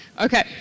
Okay